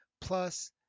plus